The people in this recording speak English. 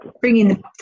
bringing